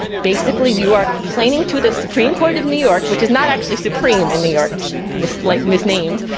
basically you are claiming to the supreme court of new york, which is not actually supreme in new york, it's like misnamed.